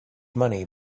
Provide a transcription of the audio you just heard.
money